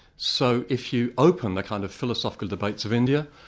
so if you open the kind of philosophical debates of india,